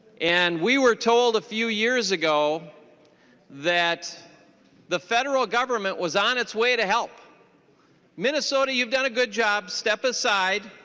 and we were told a few years ago that the federal government was on its way to help get minnesota you've done a good job step aside.